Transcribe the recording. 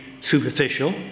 superficial